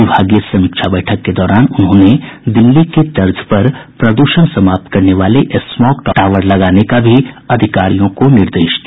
विभागीय समीक्षा बैठक के दौरान उन्होंने दिल्ली के तर्ज पर प्रद्षण समाप्त करने वाले स्मॉग टावर लगाने का भी अधिकारियों को निर्देश दिया